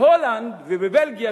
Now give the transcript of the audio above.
בהולנד ובבלגיה,